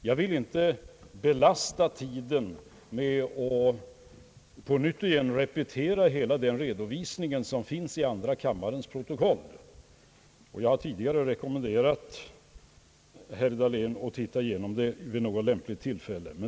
Jag vill inte belasta tiden med att på nytt repetera hela den redovisning som finns i andra kammarens protokoll. Jag har tidigare rekommenderat herr Dahlén att se igenom den redovisningen vid något lämpligt tillfälle.